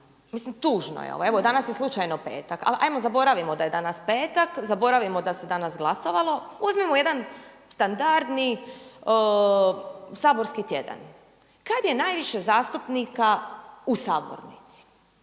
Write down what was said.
mislim tužno je, evo danas je slučajno petak ali 'ajmo zaboravimo da je danas petak, zaboravimo da se danas glasovalo, uzmimo jedna standardni saborski tjedan. Kada je najviše zastupnika u sabornici?